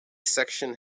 section